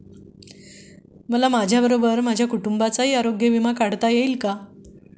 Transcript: मला माझ्याबरोबर माझ्या कुटुंबाचा आरोग्य विमा काढता येईल का?